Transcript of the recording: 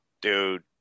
dude